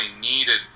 needed